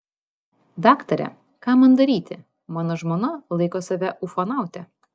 daktare ką man daryti mano žmona laiko save ufonaute